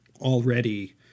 already